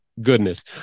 Goodness